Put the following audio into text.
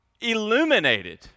Illuminated